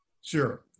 Sure